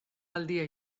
aldia